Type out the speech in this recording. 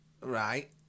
Right